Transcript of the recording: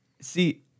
see